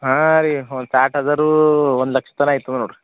ಹಾಂ ರೀ ಒಂದು ಸಾಟ್ ಹಝಾರೂ ಒಂದು ಲಕ್ಷ್ ತನ ಇರ್ತದ ನೋಡ್ರಿ